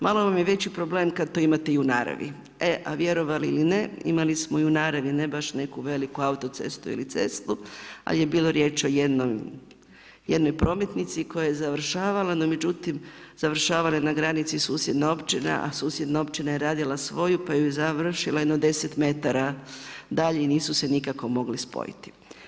Malo vam je veći problem kad to imate i u naravi a vjerovali ili ne imali smo i u naravi ne baš neku veliku auto cestu ili cestu ali je bilo riječ o jednoj prometnici koja je završavana, no međutim završavala je na granici susjedne općine a susjedna općina je radila svoju pa ju završila jedno deset metara dalje i nisu se nikako mogle spojiti.